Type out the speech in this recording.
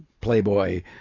playboy